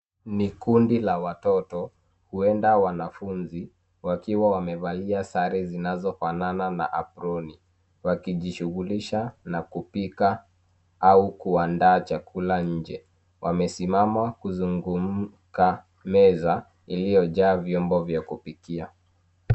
Ni kundi la watoto, huenda wanafunzi, wakiwa wamevalia sare zinazofanana na aproni, wakijishughulisha na kupika au kuandaa chakula nje. Wamesimama kuzungumka meza iliyojaa vyombo vya kupikia.